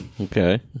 Okay